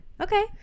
Okay